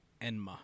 Enma